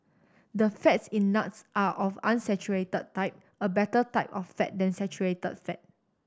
the fats in nuts are of unsaturated type a better type of fat than saturated fat